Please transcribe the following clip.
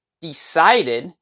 decided